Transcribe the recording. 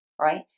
right